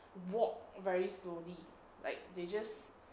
walk very slowly like they just